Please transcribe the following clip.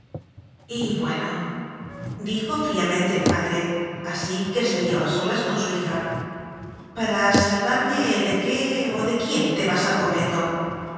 y se salió y buenodijo fríamente el padre así que se vió a solas con su hija para salvar me de qué o de quién te vas al convento